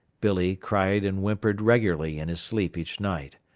billee cried and whimpered regularly in his sleep each night.